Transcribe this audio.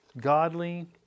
godly